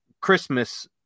Christmas